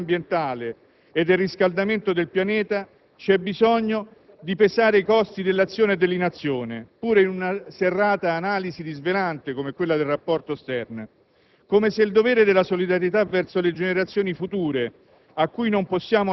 Ma anche qui, mentre finalmente si affronta la questione della sostenibilità ambientale e del riscaldamento del pianeta, c'è bisogno di pesare i costi dell'azione e dell'inazione, pure in una serrata analisi disvelante (come quella del rapporto Stern),